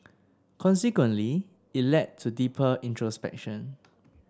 consequently it led to deeper introspection